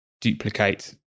duplicate